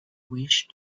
wish